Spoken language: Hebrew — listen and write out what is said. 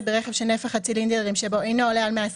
ברכב שנפח הצילינדרים שבו אינו עולה על 125